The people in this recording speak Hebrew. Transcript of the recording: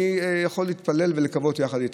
אני יכול להתפלל ולקוות יחד איתך.